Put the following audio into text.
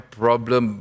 problem